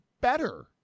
Better